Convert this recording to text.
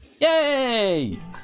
yay